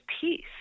peace